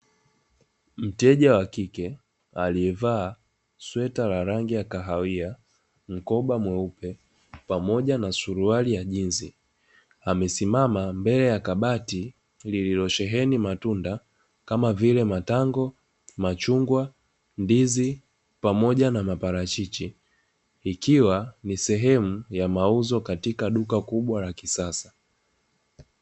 Mteja wa kike aliyevaa sweta la rangi ya kahawia, mkoba mweupe pamoja na suruali ya jinzi, amesimama mbele ya kabati lililosheheni matunda kama vile; matango, machungwa, ndizi pamoja na maparachichi, ikiwa ni sehemu ya mauzo katika duka kubwa la kisasa.